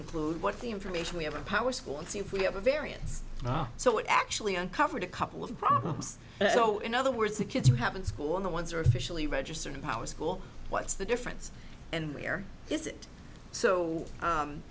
include what the information we have a power school and see if we have a variance so it actually uncovered a couple of problems so in other words the kids you have in school on the ones are officially registered in power school what's the difference and where is it so